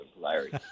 Larry